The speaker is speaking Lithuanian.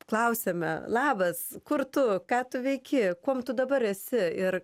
klausiame labas kur tu ką tu veiki kuom tu dabar esi ir